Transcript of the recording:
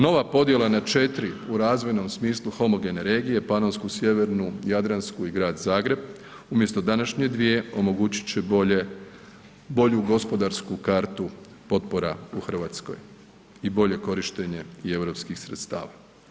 Nova podjela na četiri u razvojnom smislu homogene regije Panonsku, Sjevernu, Jadransku i Grad Zagreb umjesto današnje dvije omogućit će bolju gospodarsku kartu potpora u Hrvatskoj i bolje korištenje i europskih sredstava.